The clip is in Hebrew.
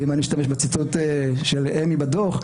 ואם אני משתמש בציטוט של אמי מהדוח,